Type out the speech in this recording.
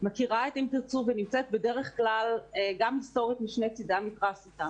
מכירה את "אם תרצו" ונמצאת בדרך כלל משני צידי המתרס איתם.